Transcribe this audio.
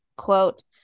quote